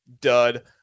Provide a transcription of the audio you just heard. dud